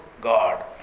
God